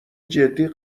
جدی